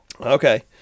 Okay